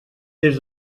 des